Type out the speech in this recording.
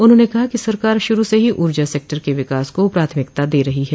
उन्होंने कहा कि सरकार शुरू से ही ऊर्जा सेक्टर के विकास को प्राथमिकता दे रही है